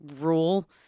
rule